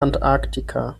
antarktika